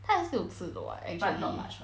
他也是有吃的 [what] actually